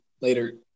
later